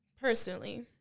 Personally